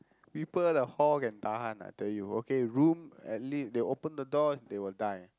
people the hall can tahan I tell you okay room at le~ they open the door they will die